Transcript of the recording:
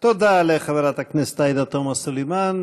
תודה לחברת הכנסת עאידה תומא סלימאן.